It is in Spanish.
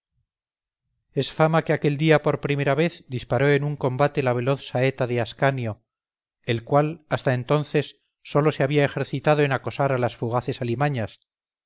es fama que aquel día por primera vez disparó en un combate la veloz saeta de ascanio el cual hasta entonces sólo se había ejercitado en acosar a las fugaces alimañas